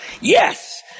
Yes